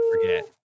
forget